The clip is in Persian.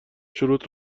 شروط